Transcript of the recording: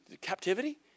captivity